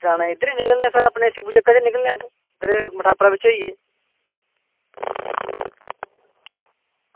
आं सर इद्धर दा गै निकलने आं अपने मोटापा होइयै